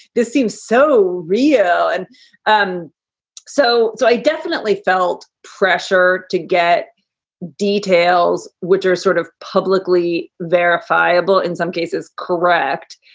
this seems so real. and um so. so i definitely felt pressure to get details which are sort of publicly verifiable in some cases. correct.